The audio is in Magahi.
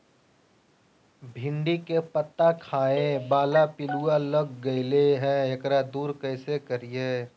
भिंडी के पत्ता खाए बाला पिलुवा लग गेलै हैं, एकरा दूर कैसे करियय?